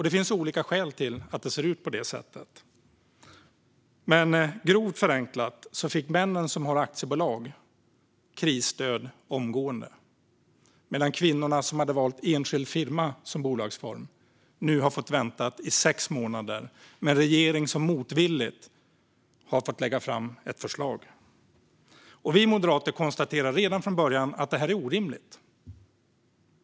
Det finns olika skäl till att det ser ut på det sättet, men grovt förenklat fick männen som hade aktiebolag krisstöd omgående medan kvinnorna som hade valt enskild firma som bolagsform nu har fått vänta i sex månader på en regering som motvilligt har fått lägga fram ett förslag. Vi moderater konstaterade redan från början att detta var orimligt.